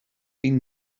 been